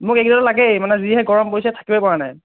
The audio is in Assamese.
মোক এই কেইদিনতেই লাগেই যিহে গৰম পৰিছে থাকিবই পৰা নাই